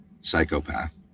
psychopath